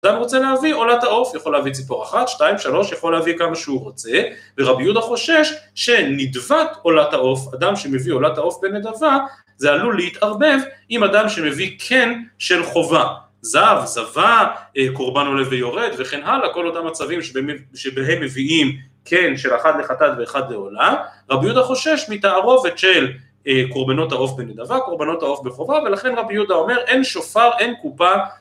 אדם רוצה להביא עולת העוף, יכול להביא ציפור אחת, שתיים, שלוש, יכול להביא כמה שהוא רוצה, ורבי יהודה חושש שנדבת עולת העוף, אדם שמביא עולת העוף בנדבה, זה עלול להתערבב עם אדם שמביא קן של חובה. זב, זבה, קורבן עולה ויורד, וכן הלאה, כל אותם מצבים שבהם מביאים קן של אחד לחטאת ואחד לעולה, רבי יהודה חושש מתערובת של קורבנות העוף בנדבה, קורבנות העוף בחובה, ‫ולכן רבי יהודה אומר, ‫אין שופר, אין קופה.